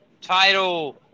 title